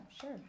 sure